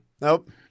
Nope